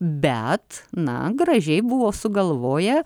bet na gražiai buvo sugalvoję